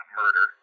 murder